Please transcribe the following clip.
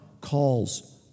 calls